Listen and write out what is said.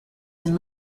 been